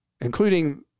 including